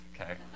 okay